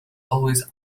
always